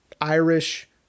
Irish